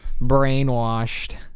brainwashed